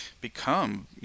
become